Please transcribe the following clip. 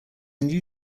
new